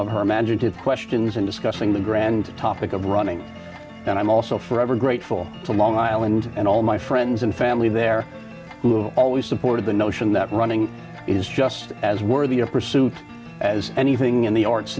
two questions and discussing the grand topic of running and i'm also forever grateful to long island and all my friends and family there who always supported the notion that running is just as worthy a pursuit as anything in the arts